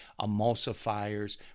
emulsifiers